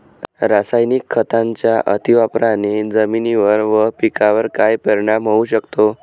रासायनिक खतांच्या अतिवापराने जमिनीवर व पिकावर काय परिणाम होऊ शकतो?